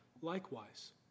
likewise